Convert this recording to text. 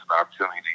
opportunity